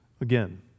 again